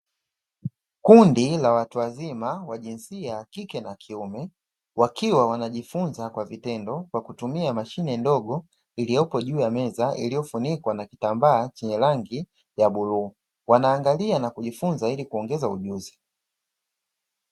Kundi la watu wazima wa jinsia ya kike na kiume wakiwa wanajifunza kwa vitendo kwa kutumia mashine ndogo iliyopo juu ya meza iliyofunikwa na kitambaa chenye rangi ya bluu, wanaangalia na kujifunza ili kuongeza ujuzi.